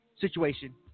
situation